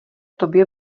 tobě